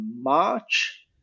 March